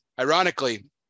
Ironically